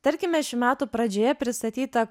tarkime šių metų pradžioje pristatyta